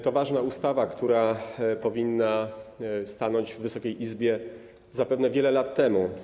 To ważna ustawa, która powinna stanąć w Wysokiej Izbie zapewne wiele lat temu.